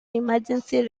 emergency